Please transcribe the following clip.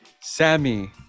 Sammy